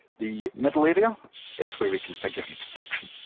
the middle area is where we configure each section.